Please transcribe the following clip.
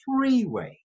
freeway